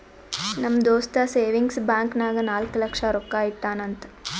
ನಮ್ ದೋಸ್ತ savings bank ನಾಗ್ ನಾಲ್ಕ ಲಕ್ಷ ರೊಕ್ಕಾ ಇಟ್ಟಾನ್ ಅಂತ್